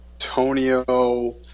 Antonio